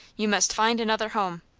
you must find another home.